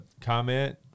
comment